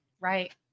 right